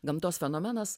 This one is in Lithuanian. gamtos fenomenas